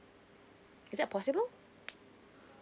is that possible